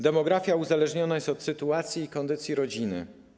Demografia uzależniona jest od sytuacji i kondycji rodziny.